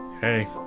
Hey